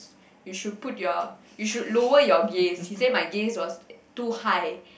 you should put your you should lower your gaze he say my gaze was too high